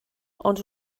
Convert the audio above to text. ond